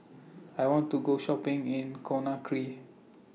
I want to Go Shopping in Conakry